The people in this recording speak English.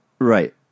Right